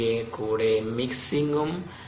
അതിന്റെ കൂടെ മിക്സിംഗും